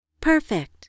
Perfect